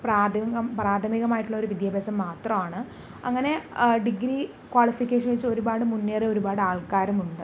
പ്രാഥമികം പ്രാഥമികമായിട്ടുള്ള ഒരു വിദ്യാഭ്യാസം മാത്രമാണ് അങ്ങനെ ഡിഗ്രി കോളിഫിക്കേഷൻസ് വച്ച് ഒരുപാട് മുന്നേറിയ ഒരുപാട് ആൾക്കാരുമുണ്ട്